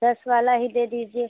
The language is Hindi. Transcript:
दस वाला ही दे दीजिए